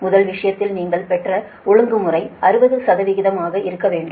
முதல் விஷயத்தில் நீங்கள் பெற்ற ஒழுங்குமுறை 60 ஆக இருக்க வேண்டும்